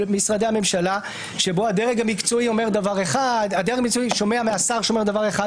משרדי הממשלה שבו הדרג המקצועי שומע מהשר דבר אחד,